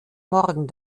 morgen